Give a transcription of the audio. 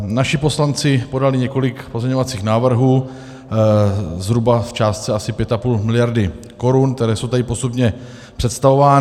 Naši poslanci podali několik pozměňovacích návrhů zhruba v částce asi 5,5 mld. korun, které jsou tady postupně představovány.